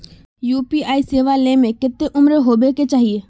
UPI सेवा ले में कते उम्र होबे के चाहिए?